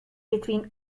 between